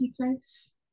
place